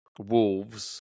Wolves